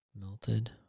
Melted